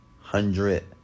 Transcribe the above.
hundred